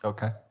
Okay